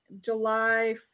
July